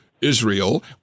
Israel